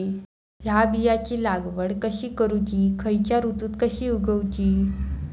हया बियाची लागवड कशी करूची खैयच्य ऋतुत कशी उगउची?